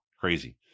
Crazy